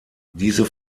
diese